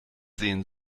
sehen